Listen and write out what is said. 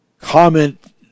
comment